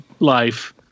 Life